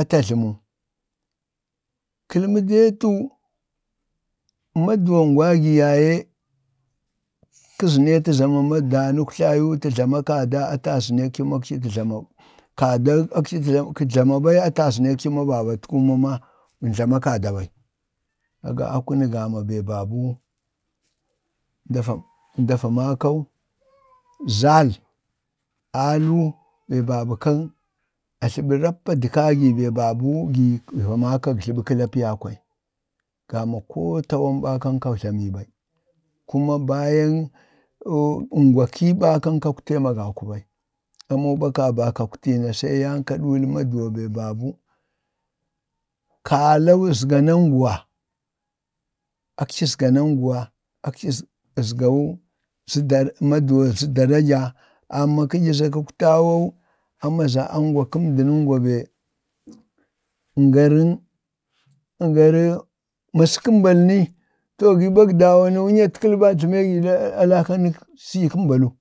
ata jlamu, kəlmə deetu maduwa aŋgwagi ya ye, kəzəneetu mama danuktlayu tə jlama kada, atə zənək ci ma aci tə jlama kadaw aci tə jlama ɓai, ata zənəkci mama babatkuwun mama wunən jlama ɓai. kaga a kuŋ gamu bee ba buu nda va, nda va makau za'al, aluubee ba bu kag ajləɓa rappa dək kagi bee ba buu gi va makag-jləba kəlapiya kwai. gama koo tawanɓa kaŋ koi jlamii na kuma bayan aŋg wakili ɓa kaŋ. kakwtii ama agaku ɓai, amoo ɓa kabaŋ kakwtii ama agaku ɓai, amoo ɓa kabaŋ kakwtii na se yaŋ ka ɗuuk maduwa be be babuu kaalayu azga naŋguwa, akici azgauu maduwa zə daraja, amma kə jo za kə tawau amaza aŋgwa kəndi be aŋgaraŋ, aŋgarən, masək kəmbel ni, to gi ɓa kə dawo ni wunyatkəli baa jlamee gi a dakanək sədyək kəmbaluu.